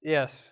Yes